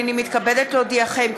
הנני מתכבדת להודיעכם,